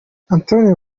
antonio